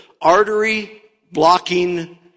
artery-blocking